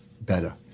better